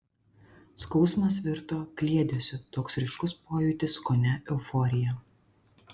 skausmas virto kliedesiu toks ryškus pojūtis kone euforija